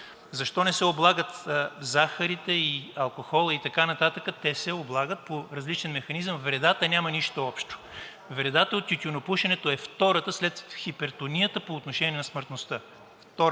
Защо не се облагат захарите и алкохолът и така нататък? Те се облагат по различен механизъм. Вредата няма нищо общо. Вредата от тютюнопушенето е втората след хипертонията по отношение на смъртността.